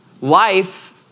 life